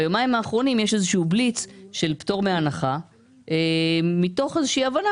ביומיים האחרונים יש איזשהו בליץ של פטור מהנחה מתוך איזושהי הבנה